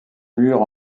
murs